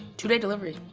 two-day delivery,